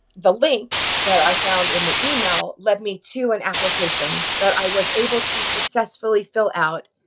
the link that i found in the email led me to an application that i was able to successfully fill out.